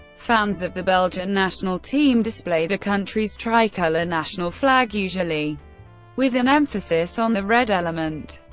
fans of the belgian national team display the country's tricolour national flag, usually with an emphasis on the red element.